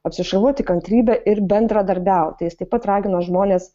apsišarvuoti kantrybe ir bendradarbiauti jis taip pat ragino žmones